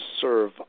serve